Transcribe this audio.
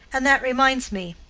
and that reminds me,